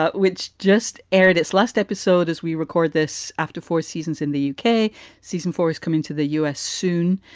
but which just aired its last episode. as we record this, after four seasons in the uk, season four is coming to the us soon.